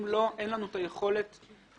אם לא, אין לנו את היכולת לתת.